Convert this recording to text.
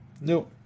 no